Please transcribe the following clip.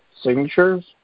signatures